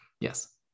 Yes